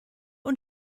und